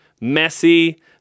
messy